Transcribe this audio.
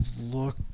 look